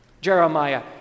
Jeremiah